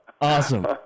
Awesome